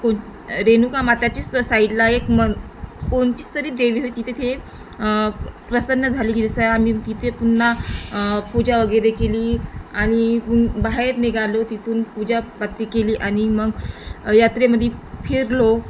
कोण रेणुका माताचीच साईडला एक म् कोणचीच तरी देवी होती तिथे ते प्रसन्न झाली किती सर आम्ही तिथे पुन्हा पूजा वगैरे केली आणि बाहेर निघालो तिथून पूजापाती केली आणि मग यात्रेमध्ये फिरलो